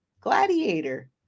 Gladiator